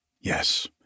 Yes